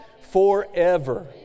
forever